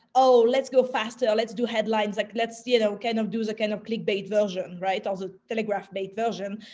oh, let's go faster. let's do headlines like, let's you know kind of do the kind of click bait version. right? or the telegraph-bait version.